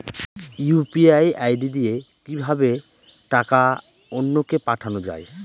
UPI ID দিয়ে কিভাবে টাকা অন্য কে পাঠানো যায়?